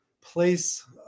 place